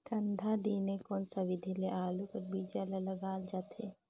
ठंडा दिने कोन सा विधि ले आलू कर बीजा ल लगाल जाथे?